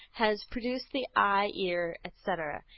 has produced the eye, ear, etc.